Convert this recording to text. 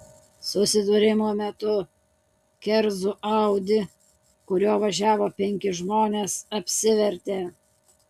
susidūrimo metu kerzų audi kuriuo važiavo penki žmonės apsivertė